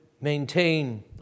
maintain